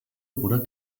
oder